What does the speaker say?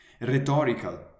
Rhetorical